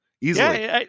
easily